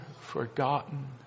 forgotten